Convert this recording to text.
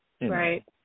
Right